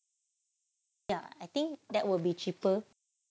ya I think that will be cheaper